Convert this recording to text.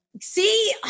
See